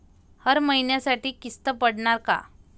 हर महिन्यासाठी किस्त पडनार का?